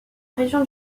région